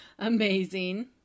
Amazing